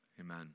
amen